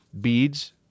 beads